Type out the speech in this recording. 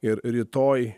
ir rytoj